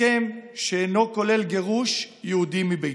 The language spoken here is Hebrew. הסכם שאינו כולל גירוש יהודים מביתם.